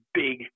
big